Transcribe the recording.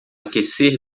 aquecer